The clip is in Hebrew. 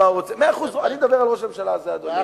מאה אחוז, אני מדבר על ראש הממשלה הזה, אדוני.